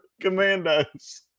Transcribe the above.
commandos